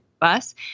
bus